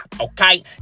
okay